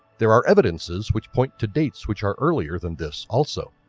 there are evidences which point to dates which are earlier than this also.